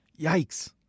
Yikes